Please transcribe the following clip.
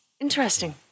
Interesting